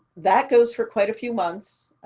that goes for quite a few months.